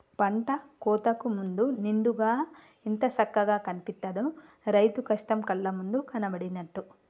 పంట కోతకు ముందు నిండుగా ఎంత సక్కగా కనిపిత్తదో, రైతు కష్టం కళ్ళ ముందు కనబడినట్టు